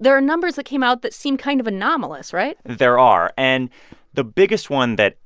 there are numbers that came out that seem kind of anomalous, right? there are. and the biggest one that